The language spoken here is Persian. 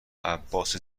عباس